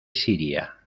siria